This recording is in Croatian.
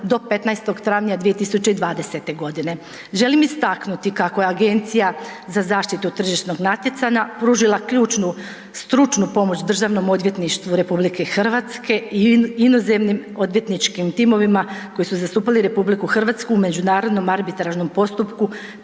do 15. travnja 2020. godine. Želim istaknuti kako je AZTN pružila ključnu stručnu pomoć Državnom odvjetništvu RH i inozemnim odvjetničkim timovima koji su zastupali RH u međunarodnom arbitražnom postupku